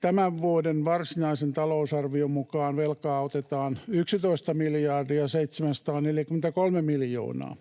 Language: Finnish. tämän vuoden varsinaisen talousarvion mukaan velkaa otetaan 11,743 miljardia.